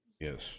Yes